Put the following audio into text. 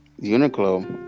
Uniqlo